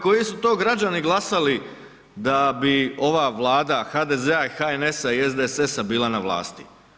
Koji su to građani glasali, da bi ova vlada, HDZ i HNS i SDSS-a bila na vlasti?